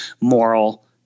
moral